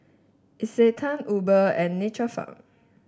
Isetan Uber and Nature Farm